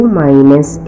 minus